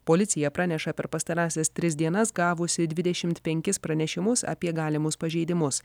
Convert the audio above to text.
policija praneša per pastarąsias tris dienas gavusi dvidešim penkis pranešimus apie galimus pažeidimus